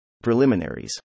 Preliminaries